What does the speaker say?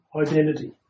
identity